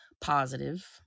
positive